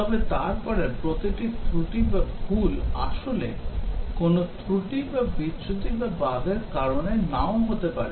তবে তারপরে প্রতিটি ত্রুটি বা ভুল আসলে কোনও ত্রুটি বিচ্যুতি বা বাগের কারণে নাও হতে পারে